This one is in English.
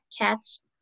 cats